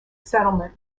settlement